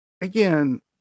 again